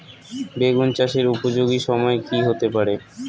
বেগুন চাষের উপযোগী সময় কি হতে পারে?